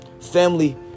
Family